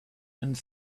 and